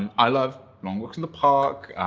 and i love long walks in the park,